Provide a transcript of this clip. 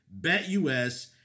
BetUS